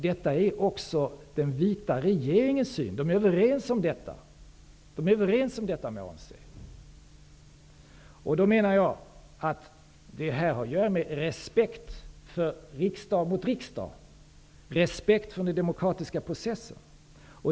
Detta är också den vita regeringens syn -- man är överens om detta med ANC. Jag menar då att detta har att göra med respekt mot riksdagen, respekt för den demokratiska processen.